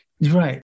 Right